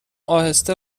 اهسته